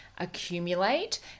Accumulate